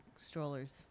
strollers